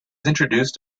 introduced